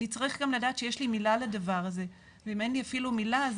אני צריך גם לדעת שיש לי מילה לדבר הזה ואם אין לי מילה למקום